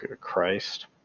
Christ